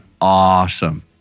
awesome